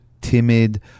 timid